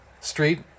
Street